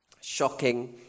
Shocking